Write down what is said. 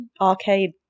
arcade